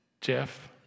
Jeff